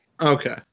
Okay